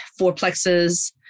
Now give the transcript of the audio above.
fourplexes